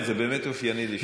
זה מאוד אופייני לשניהם.